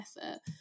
effort